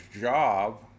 job